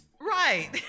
Right